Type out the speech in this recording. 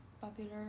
popular